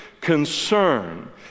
concern